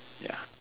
ya